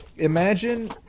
Imagine